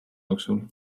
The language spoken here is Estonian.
jooksul